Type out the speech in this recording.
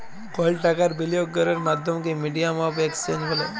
call টাকার বিলিয়গ ক্যরের মাধ্যমকে মিডিয়াম অফ এক্সচেঞ্জ ব্যলে